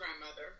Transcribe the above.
grandmother